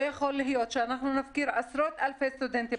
לא יכול להיות שאנחנו נפקיר עשרות-אלפי סטודנטים.